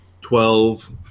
Twelve